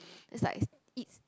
is like eats